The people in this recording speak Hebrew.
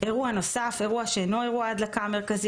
"אירוע נוסף" אירוע שאינו אירוע ההדלקה המרכזי,